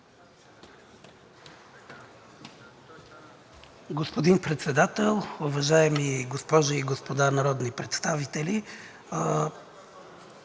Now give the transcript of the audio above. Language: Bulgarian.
Господин Председател, госпожи и господа народни представители!